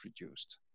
reduced